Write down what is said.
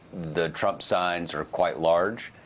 the trump signs are quite large.